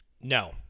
No